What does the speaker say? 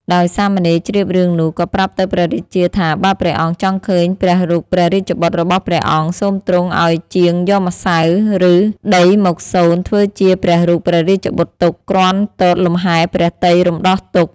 ដោយសាមណេរជ្រាបរឿងនោះ ក៏ប្រាប់ទៅព្រះរាជាថា បើព្រះអង្គចង់ឃើញព្រះរូបព្រះរាជបុត្ររបស់ព្រះអង្គ សូមទ្រង់ឲ្យជាងយកម្សៅ ឬដីមកសូន ធ្វើជាព្រះរូបព្រះរាជបុត្រទុក គ្រាន់ទតលំហែព្រះទ័យរំដោះទុក្ខ។